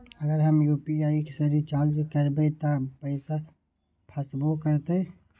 अगर हम यू.पी.आई से रिचार्ज करबै त पैसा फसबो करतई?